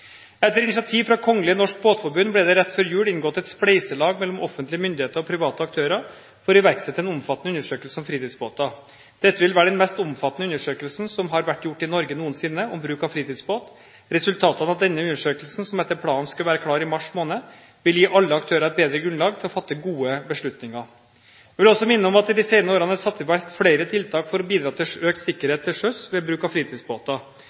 Etter initiativ fra Kongelig Norsk Båtforbund ble det rett før jul inngått et spleiselag mellom offentlige myndigheter og private aktører for å iverksette en omfattende undersøkelse om fritidsbåter. Dette vil være den mest omfattende undersøkelsen om bruk av fritidsbåt som har vært gjort i Norge noensinne. Resultatene av denne undersøkelsen, som etter planen skal være klar i mars måned, vil gi alle aktører et bedre grunnlag for å fatte gode beslutninger. Jeg vil også minne om at det i de senere årene er satt i verk flere tiltak for å bidra til økt sikkerhet til sjøs ved bruk av fritidsbåter.